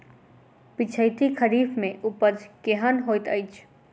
पिछैती खरीफ मे उपज केहन होइत अछि?